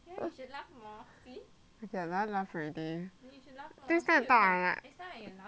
okay I don't want to laugh already next time I talk like that